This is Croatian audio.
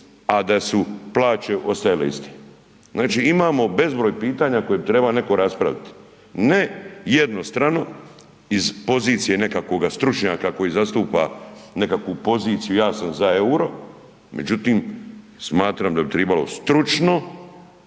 a da su plaće ostajale iste. Znači imamo bezbroj pitanja koje bi treba netko raspravit. Ne jednostrano iz pozicije nekakvog stručnjaka koji zastupa nekakvu poziciju, ja sam za EUR-o, međutim smatram da bi tribalo stručno,